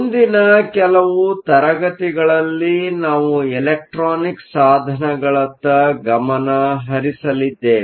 ಮುಂದಿನ ಕೆಲವು ತರಗತಿಗಳಲ್ಲಿ ನಾವು ಎಲೆಕ್ಟ್ರಾನಿಕ್ ಸಾಧನಗಳತ್ತ ಗಮನ ಹರಿಸಲಿದ್ದೇವೆ